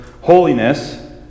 holiness